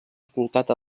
escoltat